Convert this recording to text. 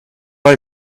have